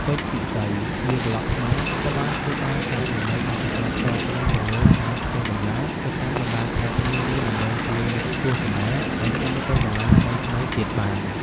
ពេជ្រ ពិសីជាប្លុកខ្មែរ ក៏បានធ្វើការចែករំលែកបទពិសោធន៍ផ្ទាល់ខ្លួនទៅលើការធ្វើដំណើរទៅកាន់បណ្ដាខេត្តនានា ដើម្បីជួយអ្នកទស្សនាដែលចង់ទៅកន្លែងថ្មីៗទៀតបាន។